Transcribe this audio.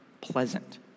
pleasant